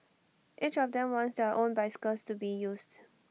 each of them wants their own bicycles to be used